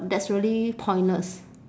that's really pointless